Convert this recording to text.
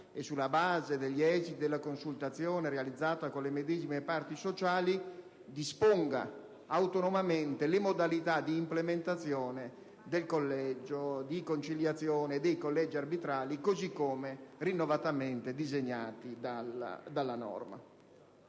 e, sulla base degli esiti della consultazione realizzata con le medesime parti sociali, disponga autonomamente le modalità di implementazione del collegio di conciliazione e dei collegi arbitrali, così come rinnovatamente disegnati dalla norma.